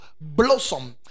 blossom